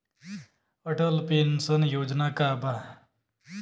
Atal pension Yojana का बा?